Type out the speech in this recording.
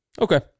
Okay